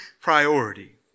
priority